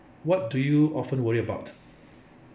what do you often worry about